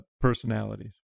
personalities